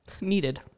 Needed